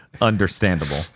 Understandable